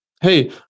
hey